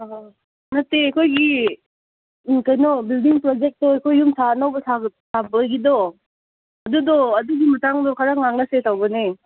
ꯑꯥ ꯍꯟꯗꯛꯇꯤ ꯑꯩꯈꯣꯏꯒꯤ ꯀꯩꯅꯣ ꯕꯤꯜꯗꯤꯡ ꯄ꯭ꯔꯣꯖꯦꯛꯇꯣ ꯑꯩꯈꯣꯏ ꯌꯨꯝ ꯑꯅꯧꯕ ꯁꯥꯕꯒꯤꯗꯣ ꯑꯗꯨꯗꯣ ꯑꯗꯨꯒꯤ ꯃꯇꯥꯡꯗꯣ ꯈꯔ ꯉꯥꯡꯅꯁꯦ ꯇꯧꯕꯅꯦ